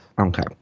Okay